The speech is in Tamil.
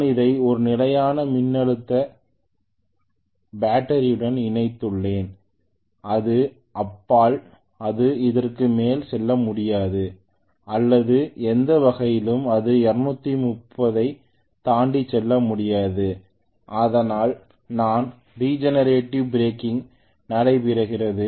நான் அதை ஒரு நிலையான மின்னழுத்த பேட்டரியுடன் இணைத்துள்ளேன் அது அப்பால் அல்லது அதற்கு மேல் செல்ல முடியாது அல்லது எந்த வகையிலும் அது 230 ஐத் தாண்டிச் செல்ல முடியாது அதனால் தான் ரிஜெனரேட்டிவ் பிரேக்கிங் நடைபெறுகிறது